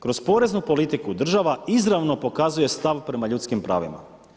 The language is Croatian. Kroz poreznu politiku država izravno pokazuje stav prema ljudskim pravima.